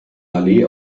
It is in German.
allee